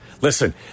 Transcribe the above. Listen